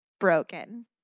broken